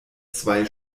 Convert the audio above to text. zwei